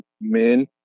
men